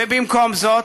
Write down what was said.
ובמקום זה,